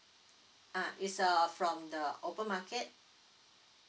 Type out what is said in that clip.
uh it's a from the open market